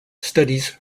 studies